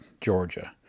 Georgia